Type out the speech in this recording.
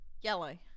Yellow